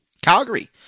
Calgary